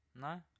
No